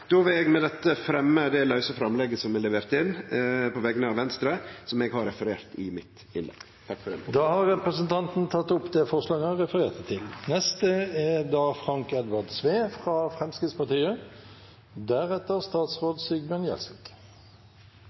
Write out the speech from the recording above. Då vil eg med dette fremje det lause framlegget som er levert inn, på vegner av Venstre, som eg har referert til i mitt innlegg. Da har representanten Alfred Jens Bjørlo tatt opp det forslaget han refererte til. Dette forslaget er